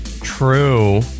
True